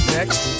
Next